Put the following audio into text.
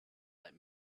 let